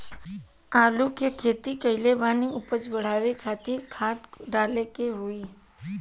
आलू के खेती कइले बानी उपज बढ़ावे खातिर कवन खाद डाले के होई?